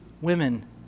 women